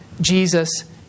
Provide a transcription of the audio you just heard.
Jesus